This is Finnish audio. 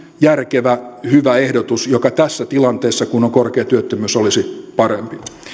järkevä hyvä ehdotus joka tässä tilanteessa kun on korkea työttömyys olisi parempi